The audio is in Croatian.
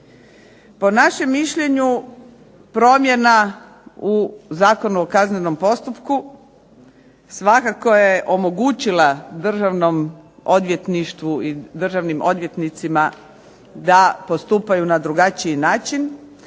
Po našem mišljenju promjena u Zakonu o kaznenom postupku svakako je omogućila Državnom odvjetništvu i državnim odvjetnicima da postupaju na drugačiji način,